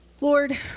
Lord